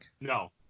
No